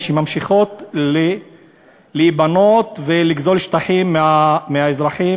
שממשיכות להיבנות ולגזול שטחים מהאזרחים